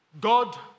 God